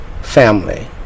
family